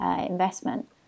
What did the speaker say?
investment